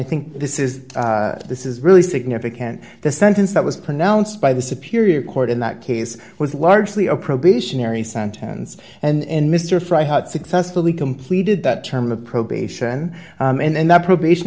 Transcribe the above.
think this is this is really significant the sentence that was pronounced by the superior court in that case was largely a probationary sentence and mr fry had successfully completed that term of probation and then that probation